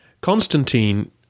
Constantine